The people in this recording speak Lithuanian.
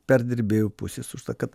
perdirbėjų pusės už ta kad